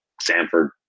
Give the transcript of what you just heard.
Sanford